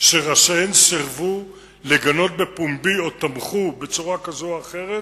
שראשיהן סירבו לגנות בפומבי או תמכו בצורה כזו או אחרת